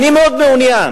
אני מאוד מעוניין.